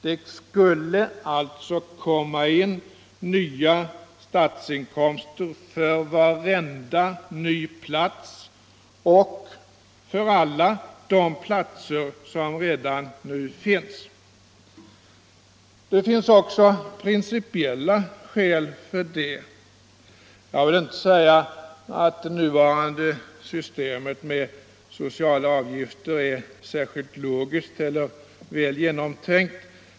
Det skulle alltså komma in nya statsinkomster för varenda ny plats och för alla de platser som redan nu finns. Det finns även principiella skäl härför. Jag vill inte säga att det nuvarande systemet med sociala avgifter är särskilt Jogiskti eller välgenomtänkt.